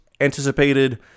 anticipated